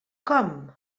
com